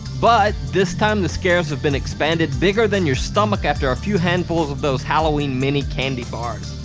but this time the scares have been expanded bigger than your stomach after a few handfuls of those halloween mini-candy bars.